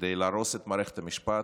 כדי להרוס את מערכת המשפט,